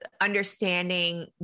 understanding